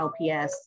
LPS